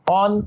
on